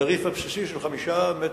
בתעריף הבסיסי של 5 מ"ק,